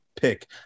pick